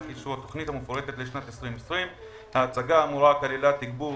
אישור התוכנית המפורטת לשנת 2020. ההצגה האמורה כללה תגבור